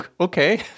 okay